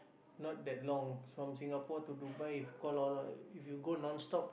not that long from Singapore to Dubai if if you go non-stop